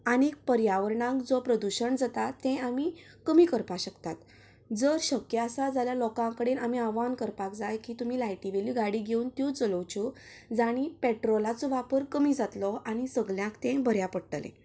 आनीक पर्यावरणाक जो प्रदुशण जाता तें आमी कमी करपाक शकतात जर शक्य आसा जाल्यार लोकां कडेन आमी आव्हान करपाक जाय की तुमी लायटीवयल्यो गाडयो घेवन त्यो चलोवच्यो जांणी पेट्रोलाचो वापर कमी जातलो आनी सगल्यांक तें बऱ्या पडटलें